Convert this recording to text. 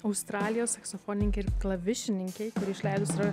australijos saksofonininkė ir klavišininkė išleidus yra